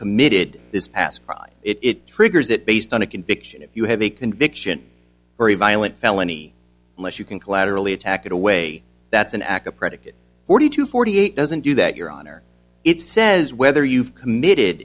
committed this past it triggers it based on a conviction if you have a conviction very violent felony unless you can collaterally attack in a way that's an ak a predicate forty two forty eight doesn't do that your honor it says whether you've committed